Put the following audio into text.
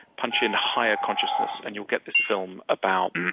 punch in higher consciousness, and you'll get this film about,